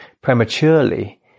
prematurely